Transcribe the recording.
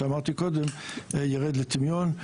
ירד לטמיון,